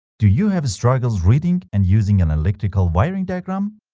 do you have struggles reading and using an electrical wiring diagram?